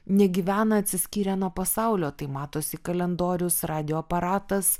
negyvena atsiskyrę nuo pasaulio tai matosi kalendorius radijo aparatas